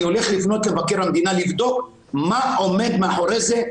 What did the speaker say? אני הולך למבקר המדינה לבדוק מה עומד מאחורי זה.